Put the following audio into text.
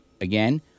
again